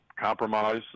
compromise